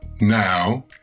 Now